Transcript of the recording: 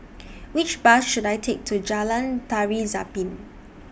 Which Bus should I Take to Jalan Tari Zapin